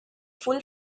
full